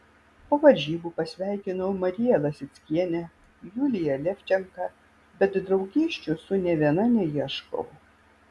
po varžybų pasveikinau mariją lasickienę juliją levčenką bet draugysčių su nė viena neieškau